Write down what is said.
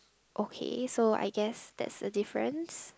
okay so I guess that's a difference